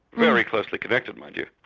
very closely connected mind you.